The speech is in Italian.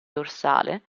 dorsale